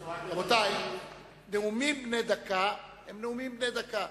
רבותי, נאומים בני דקה הם נאומים בני דקה.